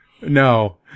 No